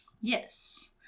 Yes